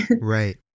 Right